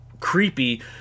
creepy